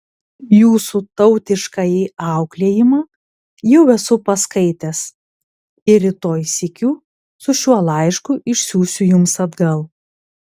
jūsų tautiškąjį auklėjimą esu jau paskaitęs ir rytoj sykiu su šiuo laišku išsiųsiu jums atgal